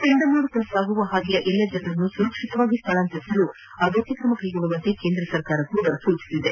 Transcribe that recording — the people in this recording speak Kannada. ಚಂಡಮಾರುತ ಸಾಗುವ ಹಾದಿಯ ಎಲ್ಲಾ ಜನರನ್ನು ಸುರಕ್ಷಿತವಾಗಿ ಸ್ಥಳಾಂತರಿಸಲು ಅಗತ್ಯ ಕ್ರಮ ಕೈಗೊಳ್ಳುವಂತೆ ಕೇಂದ್ರ ಸರ್ಕಾರ ಸೂಚನೆ ನೀಡಿದೆ